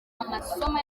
amasomo